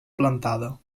plantada